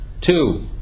two